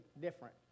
different